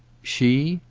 she'?